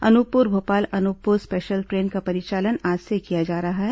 Anuppur Bhopal Anuppur special train का परिचालन आज से किया जा रहा है